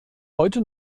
heute